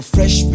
Fresh